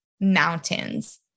mountains